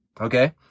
Okay